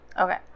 Okay